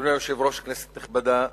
אדוני היושב-ראש, כנסת נכבדה,